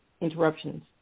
interruptions